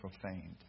profaned